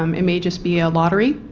um it may just be a lottery,